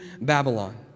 Babylon